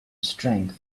strength